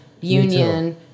union